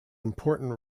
important